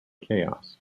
chaos